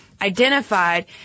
identified